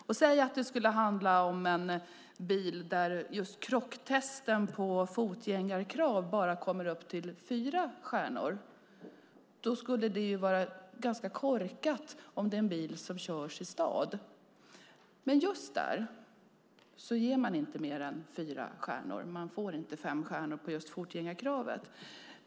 Om det skulle handla om en bil där just krocktesten på fotgängarkrav bara kommer upp i fyra stjärnor vore det ganska korkat om det gäller en bil som körs i stan. Just där ger man inte fler än fyra stjärnor. Man får inte fem stjärnor på fotgängarkravet.